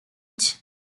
age